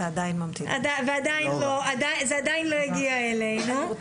וזה עדיין לא הגיע אלינו.